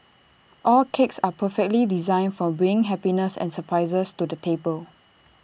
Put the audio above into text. all cakes are perfectly designed for bring happiness and surprises to the table